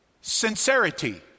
sincerity